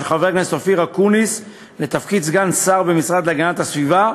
של חבר הכנסת אופיר אקוניס לתפקיד סגן שר במשרד להגנת הסביבה,